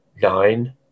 Nine